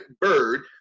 bird